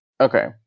Okay